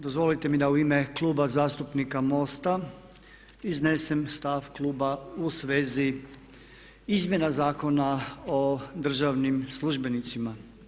Dozvolite mi da u ime Kluba zastupnika MOST-a iznesem stav kluba u svezi izmjena Zakona o državnim službenicima.